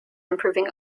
improving